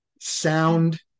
Sound